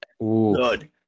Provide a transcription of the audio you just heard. Good